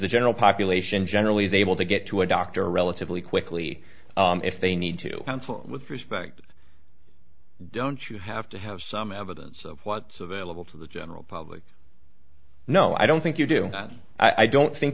the general population generally is able to get to a doctor relatively quickly if they need to counsel with respect don't you have to have some evidence of what's available to the general public no i don't think you do i don't think